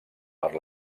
per